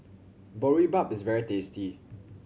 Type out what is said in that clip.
boribap is very tasty